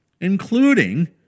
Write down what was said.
including